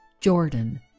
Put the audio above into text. Jordan